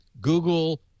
google